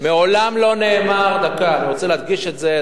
אני רוצה להדגיש את זה,